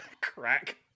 Crack